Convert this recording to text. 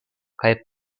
kaj